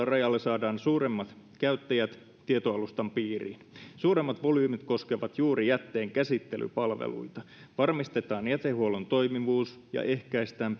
rajalla saadaan suurimmat käyttäjät tietoalustan piiriin suurimmat volyymit koskevat juuri jätteen käsittelypalveluita varmistetaan jätehuollon toimivuus ja ehkäistään